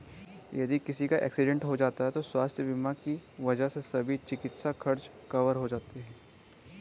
यदि किसी का एक्सीडेंट हो जाए तो स्वास्थ्य बीमा की वजह से सभी चिकित्सा खर्च कवर हो जाते हैं